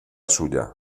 suya